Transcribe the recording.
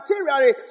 materially